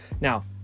Now